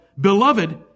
beloved